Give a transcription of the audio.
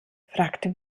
fragte